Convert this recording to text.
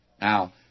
Now